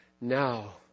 Now